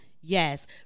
Yes